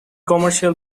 commercial